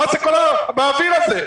מה כל הבאוויר הזה?